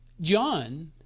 John